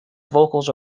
vocals